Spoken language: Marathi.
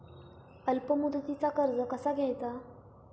अल्प मुदतीचा कर्ज कसा घ्यायचा?